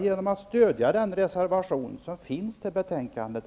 genom att stödja den reservation 4 som finns till betänkandet.